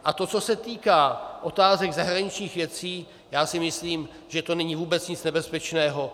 A to, co se týká otázek zahraničních věcí, já si myslím, že to není vůbec nic nebezpečného.